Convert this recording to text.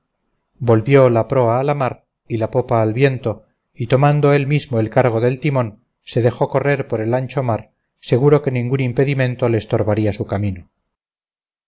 volvió la proa a la mar y la popa al viento y tomando él mismo el cargo del timón se dejó correr por el ancho mar seguro que ningún impedimento le estorbaría su camino